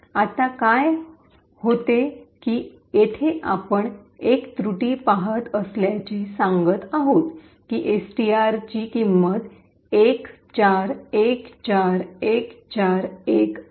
तर आता काय होते की येथे आपण एक त्रुटी पाहत असल्याचे सांगत आहोत की एसटीआर ची किमत 1414141 आहे